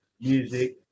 music